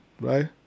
right